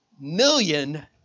million